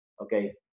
Okay